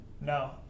No